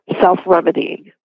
self-remedying